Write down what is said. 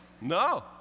No